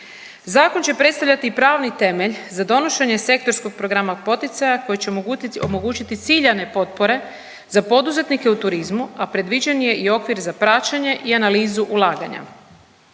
Zakon će predstavljati i pravni temelj za donošenje sektorskog programa poticaja koji će omogućiti ciljane potpore za poduzetnike u turizmu, a predviđen je i okvir za praćenje i analizu ulaganja.